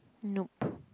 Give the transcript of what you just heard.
nope